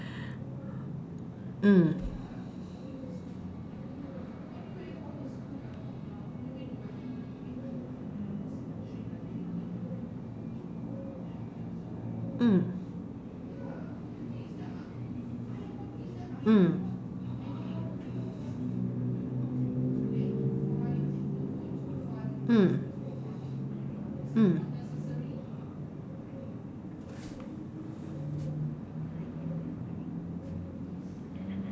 mm mm mm mm mm